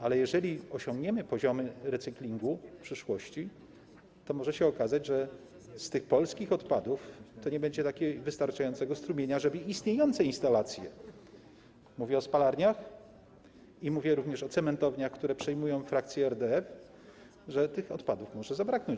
Ale jeżeli osiągniemy poziomy recyklingu w przyszłości, to może się okazać, że z polskich odpadów nie będzie takiego wystarczającego strumienia, że dla istniejących instalacji - mówię o spalarniach i mówię również o cementowniach, które przejmują frakcje RDF - tych odpadów może zabraknąć.